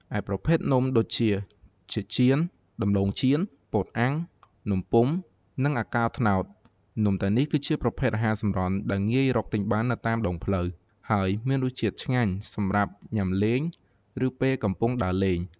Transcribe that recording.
ឯប្រភេទនំដូចជា ចេកចៀន ដំឡូងចៀន ពោតអាំង នំពុម្ភ និងអាកោរត្នោត នំទាំងនេះគឺជាប្រភេទអាហារសម្រន់ដែលងាយរកបាននៅតាមដងផ្លូវ ហើយមានរសជាតិឆ្ងាញ់ សម្រាប់ញ៉ាំលេង ឬពេលកំពុងដើរលេង។